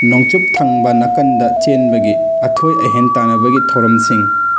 ꯅꯣꯡꯆꯨꯞ ꯊꯪꯕ ꯅꯥꯀꯟꯗ ꯆꯦꯟꯕꯒꯤ ꯑꯊꯣꯏ ꯑꯍꯦꯟ ꯇꯥꯟꯅꯕꯒꯤ ꯊꯧꯔꯝꯁꯤꯡ